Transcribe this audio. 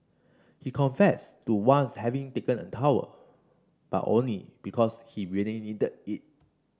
he confessed to once having taken a towel but only because he really needed it